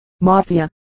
Mafia